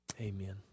Amen